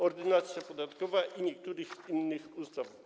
Ordynacja podatkowa oraz niektórych innych ustaw.